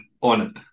on